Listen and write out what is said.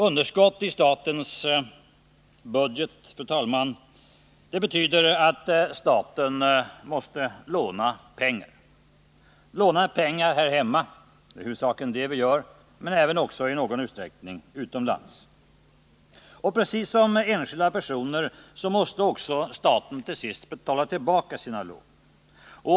Underskott i statens budget betyder att staten måste låna pengar, här hemma — det är huvudsakligen det vi gör — men också i någon utsträckning utomlands. Och precis som enskilda personer måste också staten till sist betala tillbaka sina lån.